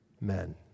Men